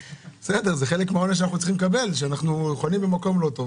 זה חלק מן העונש שאנחנו מקבלים כשאנחנו חונים במקום לא נכון.